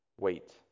wait